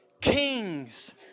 Kings